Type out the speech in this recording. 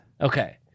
Okay